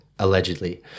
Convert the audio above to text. allegedly